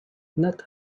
not